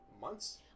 months